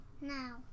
Now